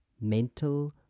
mental